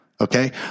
Okay